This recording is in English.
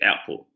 output